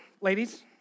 ladies